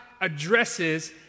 addresses